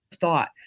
thought